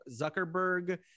Zuckerberg